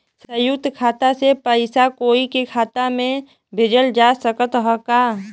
संयुक्त खाता से पयिसा कोई के खाता में भेजल जा सकत ह का?